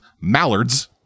mallards